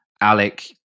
Alec